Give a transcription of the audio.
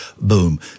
Boom